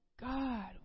God